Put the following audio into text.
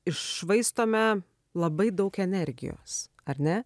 iššvaistome labai daug energijos ar ne